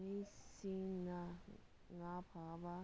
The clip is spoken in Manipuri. ꯃꯤꯁꯤꯡꯅ ꯉꯥ ꯐꯥꯕ